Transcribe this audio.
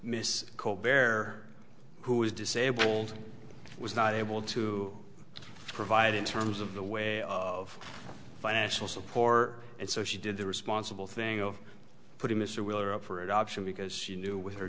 mrs cole bear who is disabled was not able to provide in terms of the way of financial support and so she did the responsible thing of putting mr wheeler up for adoption because she knew with her